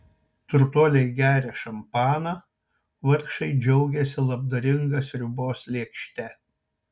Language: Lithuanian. turtuoliai geria šampaną vargšai džiaugiasi labdaringa sriubos lėkšte